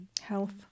Health